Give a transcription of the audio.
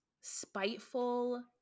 spiteful